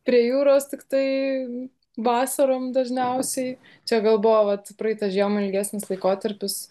prie jūros tiktai vasarom dažniausiai čia gal buvo vat praeitą žiemą ilgesnis laikotarpis